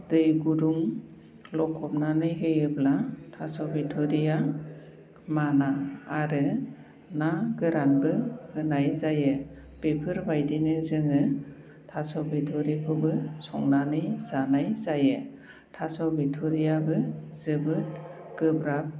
दै गुदुं लखबनानै होयोब्ला थास' बिथुरिया माना आरो ना गोरानबो होनाय जायो बेफोर बायदिनो जोङो थास' बिथुरिखौबो संनानै जानाय जायो थास' बिथुरियाबो जोबोद गोब्राब